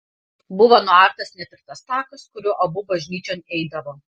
buvo nuartas net ir tas takas kuriuo abu bažnyčion eidavo